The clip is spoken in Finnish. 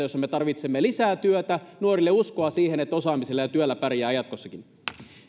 jossa me tarvitsemme lisää työtä nuorille uskoa siihen että osaamisella ja työllä pärjää jatkossakin